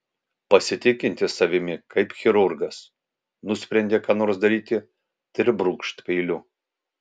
pasitikintis savimi kaip chirurgas nusprendė ką nors daryti tai ir brūkšt peiliu